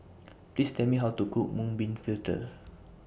Please Tell Me How to Cook Mung Bean Fritters